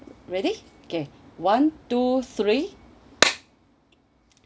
ready okay one two three